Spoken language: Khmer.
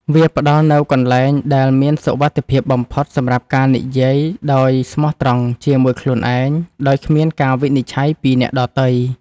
វាផ្ដល់នូវកន្លែងដែលមានសុវត្ថិភាពបំផុតសម្រាប់ការនិយាយដោយស្មោះត្រង់ជាមួយខ្លួនឯងដោយគ្មានការវិនិច្ឆ័យពីអ្នកដទៃ។